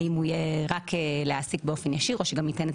האם הוא יהיה רק כדי להעסיק באופן ישיר או שגם ייתן את